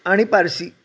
आणि पारसी